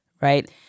Right